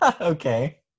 Okay